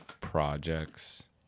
projects